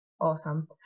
Awesome